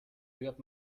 hört